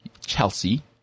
Chelsea